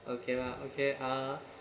okay lah okay uh